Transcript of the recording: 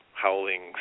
howling